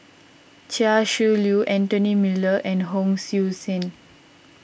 Chia Shi Lu Anthony Miller and Hon Sui Sen